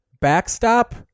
backstop